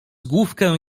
główkę